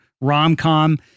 rom-com